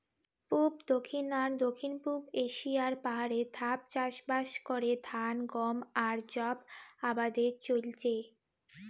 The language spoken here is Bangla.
পুব, দক্ষিণ আর দক্ষিণ পুব এশিয়ার পাহাড়ে ধাপ চাষবাস করে ধান, গম আর যব আবাদে চইলচে